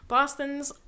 Boston's